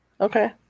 Okay